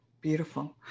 Beautiful